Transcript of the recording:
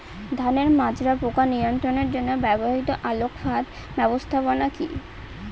ধানের মাজরা পোকা নিয়ন্ত্রণের জন্য ব্যবহৃত আলোক ফাঁদ ব্যবস্থাপনা কি?